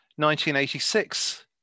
1986